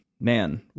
Man